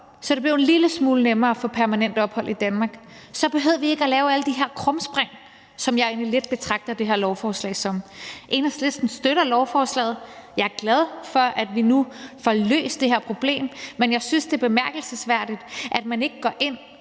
så det blev en lille smule nemmere at få permanent ophold i Danmark, for så behøvede vi ikke at lave alle de her krumspring, som jeg egentlig lidt betragter det her lovforslag som. Enhedslisten støtter lovforslaget, og jeg er glad for, at vi nu får løst det her problem, men jeg synes, det er bemærkelsesværdigt, at man ikke går ind